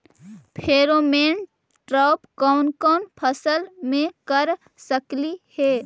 Pheromone trap कोन कोन फसल मे कर सकली हे?